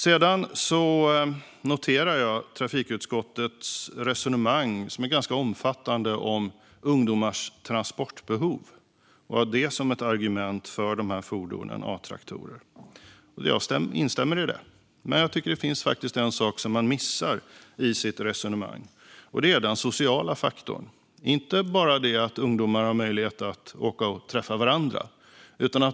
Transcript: Jag noterar trafikutskottets ganska omfattande resonemang om ungdomars transportbehov som argument för A-traktorerna. Jag instämmer i det. Men det finns en sak man missar i sitt resonemang: den sociala faktorn. Det handlar inte bara om att ungdomar har möjlighet att åka och träffa varandra.